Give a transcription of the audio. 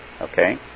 Okay